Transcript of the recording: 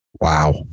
Wow